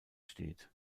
steht